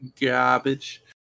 Garbage